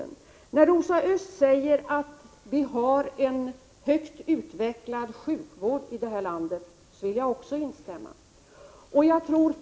När Rosa Östh säger att vi har en högt utvecklad sjukvård här i landet vill jag också instämma.